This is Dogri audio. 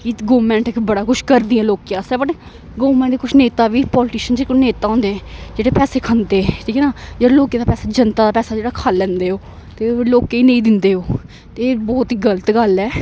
कि गौरमैंट बड़ा कुछ करदी ऐ लोकें आस्तै गौरमेंट कुछ नेता बी पालिटिशन जेह् नेता होंदे जेह्ड़े पैसे खंदे ठीक ऐ न जे लोकें दा पै जनता दा पैसा जेह्ड़ा खाई लैंदे ओह् ते लोकें गी नेईं दिंदे ओह् ते बहुत ई गलत गल्ल ऐ